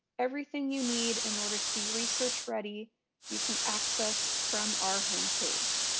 everything you need in order to be research ready you can access from our home page.